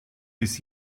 bis